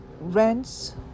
rents